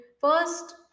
first